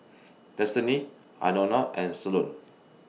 Destiny Anona and Solon